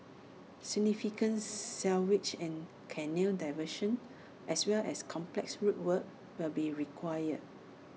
significant sewage and canal diversions as well as complex road work will be required